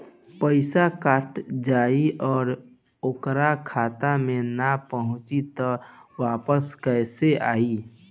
पईसा कट जाई और ओकर खाता मे ना पहुंची त वापस कैसे आई?